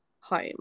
home